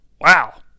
Wow